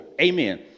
amen